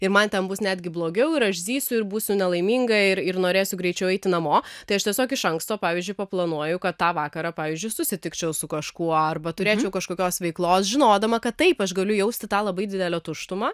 ir man ten bus netgi blogiau ir aš zysiu ir būsiu nelaiminga ir ir norėsiu greičiau eiti namo tai aš tiesiog iš anksto pavyzdžiui paplanuoju kad tą vakarą pavyzdžiui susitikčiau su kažkuo arba turėčiau kažkokios veiklos žinodama kad taip aš galiu jausti tą labai didelę tuštumą